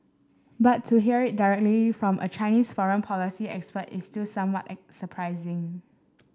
but to hear it directly from a Chinese foreign policy expert is still somewhat surprising